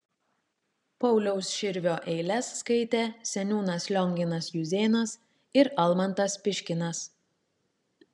pauliaus širvio eiles skaitė seniūnas lionginas juzėnas ir almantas piškinas